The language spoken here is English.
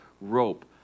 rope